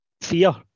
fear